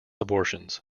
abortions